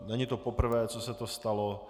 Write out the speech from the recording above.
Není to poprvé, co se to stalo.